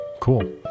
Cool